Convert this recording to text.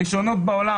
הראשונות בעולם.